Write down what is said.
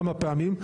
כמה פעמים.